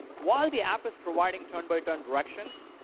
while the app is providing turn by turn directions,